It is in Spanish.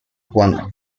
juan